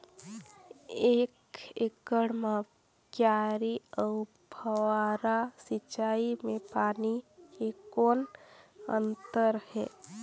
एक एकड़ म क्यारी अउ फव्वारा सिंचाई मे पानी के कौन अंतर हे?